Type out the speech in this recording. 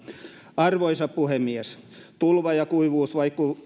arvoisa puhemies tulva ja kuivuus